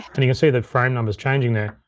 and you can see the frame numbers changing there.